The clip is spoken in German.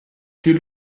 viel